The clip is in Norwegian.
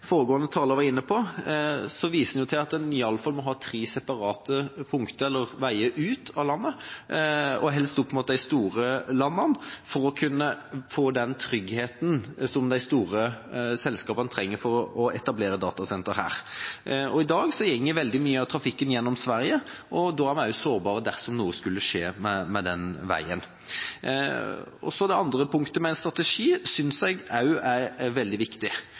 foregående taler var inne på, viser en til at en i alle fall må ha tre separate punkter, eller veier, ut av landet, og helst opp mot de store landene, for å kunne få den tryggheten som de store selskapene trenger for å etablere datasentre her. I dag går veldig mye av trafikken gjennom Sverige, og da er vi også sårbare dersom noe skulle skje med den veien. Det andre punktet med en strategi synes jeg også er veldig viktig.